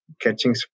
catching